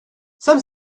some